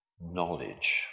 knowledge